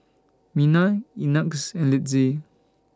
Mena Ignatz and Linzy